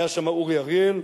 היה שם אורי אריאל,